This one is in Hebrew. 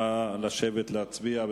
נא להצביע.